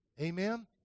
Amen